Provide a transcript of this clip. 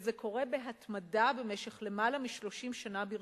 וזה קורה בהתמדה במשך למעלה מ-30 שנה ברציפות.